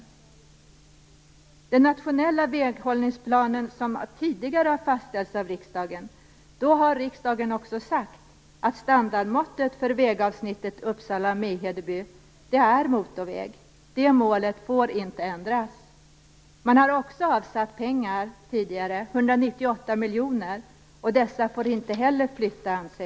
I den nationella väghållningsplan som tidigare har fastställts av riksdagen har riksdagen också sagt att standardmåttet för vägavsnittet Uppsala-Mehedeby är motorväg. Det målet får inte ändras. Man har också tidigare avsatt pengar, 198 miljoner, och dessa får inte flyttas.